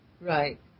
Right